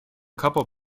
couple